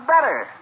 better